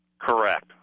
Correct